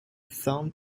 thong